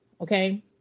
Okay